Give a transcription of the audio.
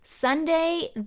sunday